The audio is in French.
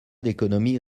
d’économies